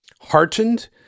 heartened